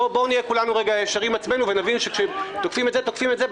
בואו נהיה ישרים עם עצמנו ונבים שכשתוקפים את זה ותוקפים את זה,